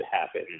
happen